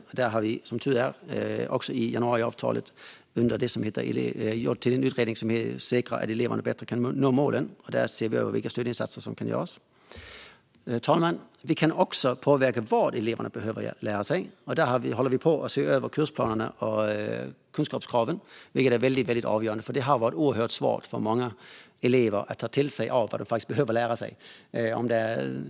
Som tur är finns även denna fråga med i januariavtalet, och det finns en utredning som ska se på frågan om att säkra att eleverna bättre når målen. Vi ser över vilka stödinsatser som kan göras. Fru talman! Vi kan också påverka vad eleverna behöver lära sig, och där ser vi över kursplanerna och kunskapskraven. Det har varit oerhört svårt för många elever att ta till sig vad de behöver lära sig.